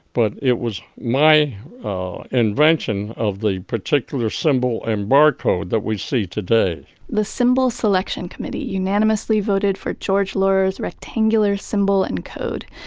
but it was my invention of the particular symbol and barcode that we see today the symbol selection committee unanimously voted for george laurer's rectangular symbol and code.